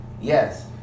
Yes